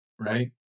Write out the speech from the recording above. right